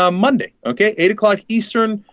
um monday ok eight o'clock eastern